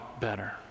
better